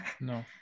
no